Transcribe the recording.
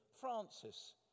Francis